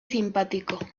simpático